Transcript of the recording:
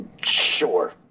Sure